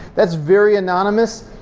that's very anonymous,